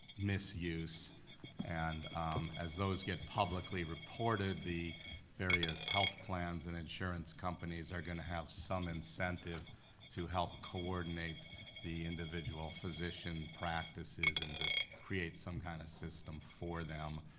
misuse and as those get publicly reported, the various health plans and insurance companies are gonna have some incentive to help coordinate the individual physician practices and create some kind of system for them.